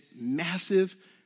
massive